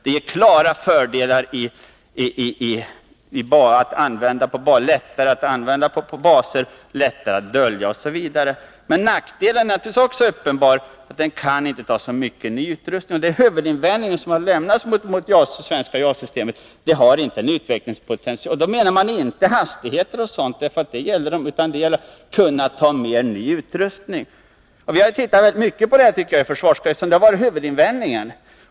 Det har klara fördelar vid användandet på baser, det är lättare att dölja osv. Men nackdelarna är naturligtvis också uppenbara. Det lätta planet kan inte ta så mycket ny utrustning. Det är huvudinvändningen mot svenska JAS-systemet. Det har inte lika stor utvecklingspotential som ett större plan. Då menar man inte hastigheter och liknande utan främst förmågan att kunna ta mer ny utrustning. Vi har tittat rätt mycket på detta i försvarskommittén. Det har varit huvudinvändningen.